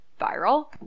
viral